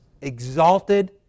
exalted